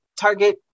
Target